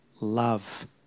love